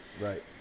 right